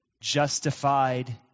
justified